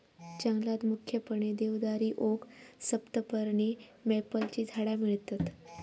जंगलात मुख्यपणे देवदारी, ओक, सप्तपर्णी, मॅपलची झाडा मिळतत